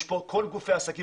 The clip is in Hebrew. כל גופי העסקים